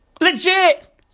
Legit